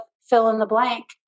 fill-in-the-blank